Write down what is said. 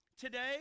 Today